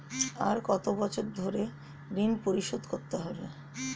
আর কত বছর ধরে ঋণ পরিশোধ করতে হবে?